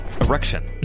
Erection